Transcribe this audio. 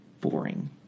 boring